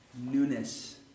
Newness